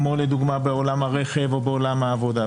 כמו לדוגמה בעולם הרכב או בעולם העבודה.